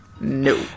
No